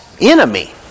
enemy